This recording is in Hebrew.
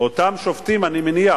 אותם שובתים, אני מניח,